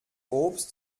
obst